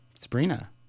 sabrina